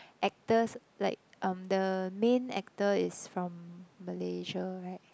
actors like um the main actor is from Malaysia right